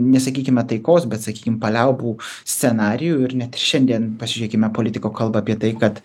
nesakykime taikos bet sakykim paliaubų scenarijų ir net ir šiandien pažiūrėkime politiko kalbą apie tai kad